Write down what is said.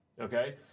okay